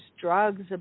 drugs